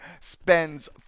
spends